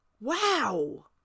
Wow